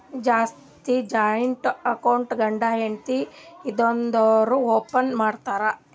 ಜಾಸ್ತಿ joint account ಗಂಡ ಹೆಂಡತಿ ಇದ್ದೋರು ಓಪನ್ ಮಾಡ್ತಾರ್